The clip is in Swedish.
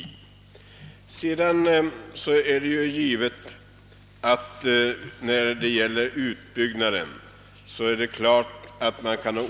Sedan kan man givetvis ha olika önskemål om utbyggnaden på detta område.